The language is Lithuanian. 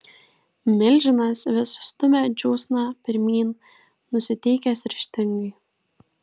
milžinas vis stumia džiūsną pirmyn nusiteikęs ryžtingai